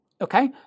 okay